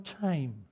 time